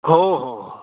हो हो